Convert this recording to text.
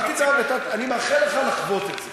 אני מאחל לך לחוות את זה.